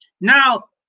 Now